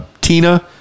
tina